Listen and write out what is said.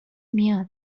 میاد